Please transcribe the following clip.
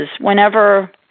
whenever